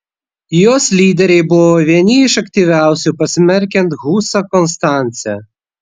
jos lyderiai buvo vieni iš aktyviausių pasmerkiant husą konstance